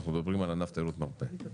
אנחנו מדברים על ענף תיירות מרפא.